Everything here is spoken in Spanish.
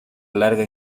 larga